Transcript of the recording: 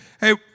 hey